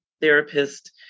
therapist